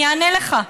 אני אענה לך.